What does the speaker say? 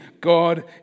God